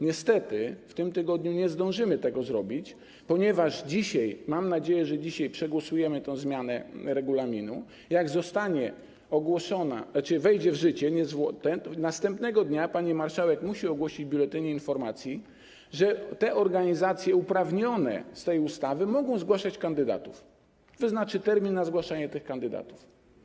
Niestety w tym tygodniu nie zdążymy tego zrobić, ponieważ dzisiaj, mam nadzieję, że dzisiaj, przegłosujemy tę zmianę regulaminu, a gdy zostanie ogłoszona, gdy wejdzie w życie, niezwłocznie, następnego dnia pani marszałek musi ogłosić w Biuletynie Informacji Publicznej, że organizacje uprawnione z tej ustawy mogą zgłaszać kandydatów, i wyznaczy termin na zgłaszanie tych kandydatów.